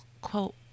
quote